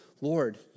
Lord